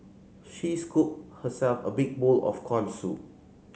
she scooped herself a big bowl of corn soup